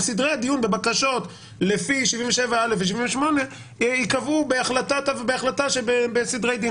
על סדרי הדיון בבקשות לפי 77א ו78 ייקבעו בהחלטה שבסדרי דין.